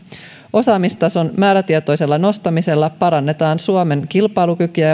osaamistason määrätietoisella nostamisella parannetaan suomen kilpailukykyä